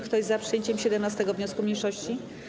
Kto jest za przyjęciem 17. wniosku mniejszości?